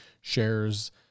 shares